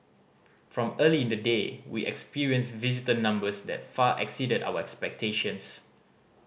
from early in the day we experienced visitor numbers that far exceeded our expectations